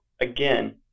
again